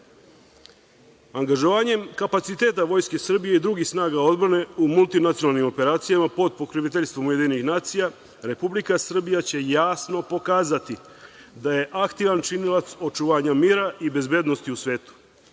Angažovanjem kapaciteta Vojske Srbije i drugih snaga odbrane u multinacionalnim operacijama pod pokroviteljstvom UN Republika Srbija će jasno pokazati da je aktivan činilac očuvanja mira i bezbednosti u svetu.